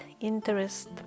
interest